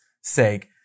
sake